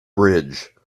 bridge